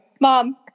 Mom